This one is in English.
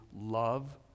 love